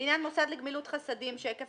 "לעניין מוסד לגמילות חסדים שהיקף